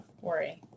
Worry